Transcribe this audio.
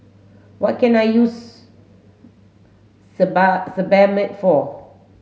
what can I use Sebamed for